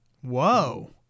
Whoa